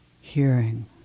hearing